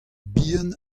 bihan